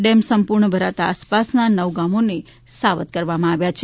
dam સંપૂર્ણ ભરાતા આસપાસના નવ ગામોને સાવધ કરવામાં આવ્યા છે